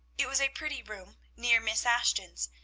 it was a pretty room near miss ashton's,